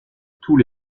tous